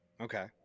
Okay